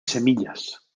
semillas